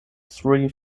three